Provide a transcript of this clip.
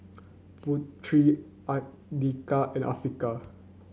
Putri Andika and Afiqah